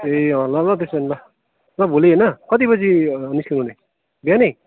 ए अँ ल ल त्यसो भने ल ल भोलि होइन कति बजी निस्किनु नि बिहानै